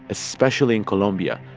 especially in colombia,